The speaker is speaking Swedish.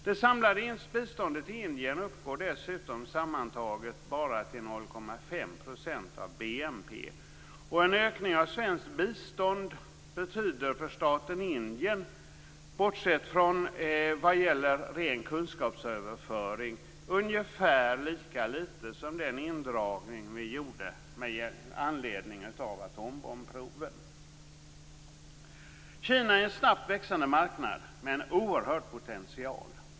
Det samlade biståndet till Indien uppgår dessutom sammantaget bara till 0,5 % av BNP. En ökning av svenskt bistånd betyder för staten Indien, bortsett från ren kunskapsöverföring, ungefär lika lite som den indragning vi gjorde med anledning av atombombsproven. Kina är en snabbt växande marknad med oerhörd potential.